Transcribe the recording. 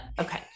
Okay